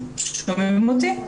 רבעוני,